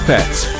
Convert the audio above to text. Pets